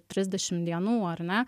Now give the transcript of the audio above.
trisdešimt dienų ar ne